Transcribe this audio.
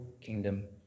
kingdom